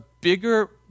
bigger